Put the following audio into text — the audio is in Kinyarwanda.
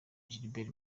gilbert